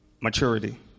Maturity